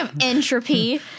entropy